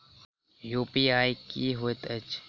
UPI की होइत अछि